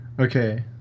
Okay